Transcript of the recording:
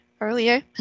earlier